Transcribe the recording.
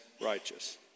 righteous